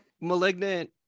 Malignant